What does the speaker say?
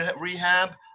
rehab